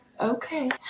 okay